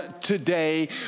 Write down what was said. today